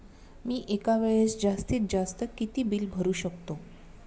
मी एका वेळेस जास्तीत जास्त किती बिल भरू शकतो?